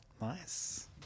Nice